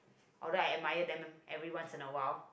alright admire them everyone in a while